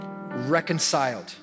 reconciled